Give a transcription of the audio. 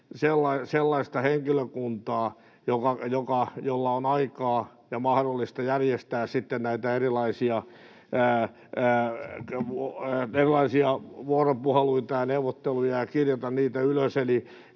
sellaista henkilökuntaa, jolla on aikaa ja mahdollisuus järjestää sitten näitä erilaisia vuoropuheluita ja neuvotteluja ja kirjata niitä ylös.